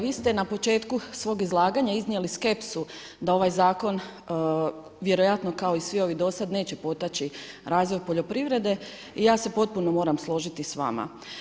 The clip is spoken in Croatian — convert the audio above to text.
Vi ste na početku svog izlaganja iznijeli skepsu da ovaj zakon vjerojatno kao i svi ovi do sad neće potaći razvoj poljoprivrede i ja se potpuno moram složiti s vama.